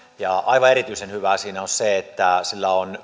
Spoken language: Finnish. ja aivan erityisen hyvää siinä on se että sillä on